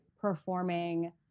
performing